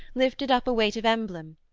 lifted up a weight of emblem,